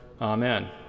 amen